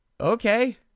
okay